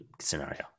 scenario